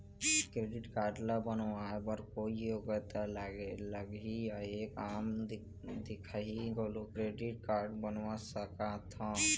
Credit card ला बनवाए बर कोई योग्यता लगही या एक आम दिखाही घलो क्रेडिट कारड बनवा सका थे?